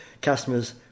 customers